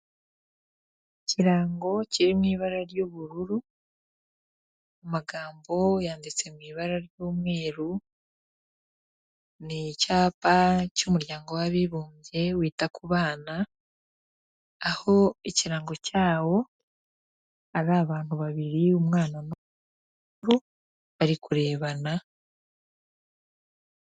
Ikirango kiri mu ibara ry'ubururu amagambo yanditse mu ibara ry'umweru. Ni icyapa cy'umuryango w'abibumbye wita ku bana. Aho ikirango cyawo ari abantu babiri umwana bo barikurebana.